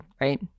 right